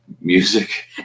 music